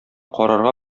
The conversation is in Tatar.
карарга